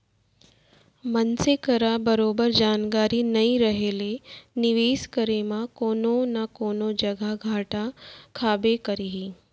मनसे करा बरोबर जानकारी नइ रहें ले निवेस करे म कोनो न कोनो जघा घाटा खाबे करही